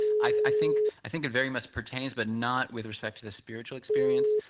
i think i think it very much pertains, but not with respect to the spiritual experience.